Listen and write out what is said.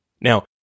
Now